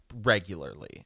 regularly